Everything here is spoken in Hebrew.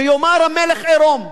שיאמר "המלך עירום",